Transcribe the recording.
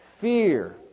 fear